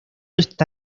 está